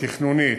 התכנונית,